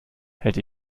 hätte